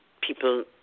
people